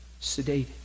Sedated